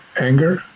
anger